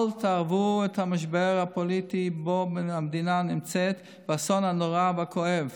אל תערבו את המשבר הפוליטי שבו המדינה נמצאת באסון הנורא והכואב.